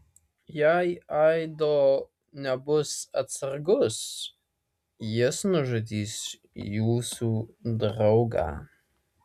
jei aido nebus atsargus jis nužudys jūsų draugą